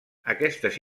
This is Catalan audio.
aquestes